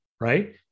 Right